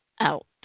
out